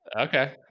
Okay